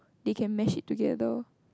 they can match it together